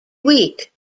week